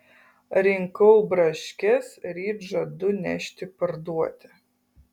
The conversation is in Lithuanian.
rinkau braškes ryt žadu nešti parduoti